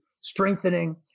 strengthening